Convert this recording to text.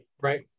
Right